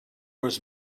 was